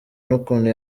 n’ukuntu